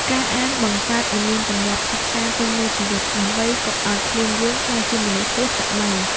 ការអានបង្កើតឱ្យមានទម្លាប់សិក្សាពេញមួយជីវិត ដើម្បីកុំឱ្យខ្លួនយើងក្លាយជាមនុស្សហួសសម័យ។